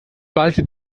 ballte